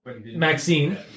Maxine